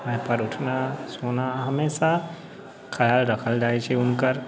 समयपर उठना सोना हमेशा ख्याल रखल जाइ छै हुनकर